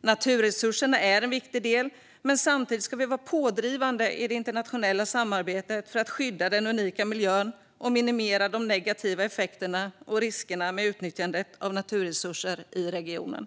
Naturresurserna är en viktig del, men samtidigt ska vi vara pådrivande i det internationella samarbetet för att skydda den unika miljön och minimera de negativa effekterna och riskerna med utnyttjandet av naturresurser i regionen.